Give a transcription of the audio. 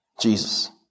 Jesus